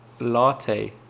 latte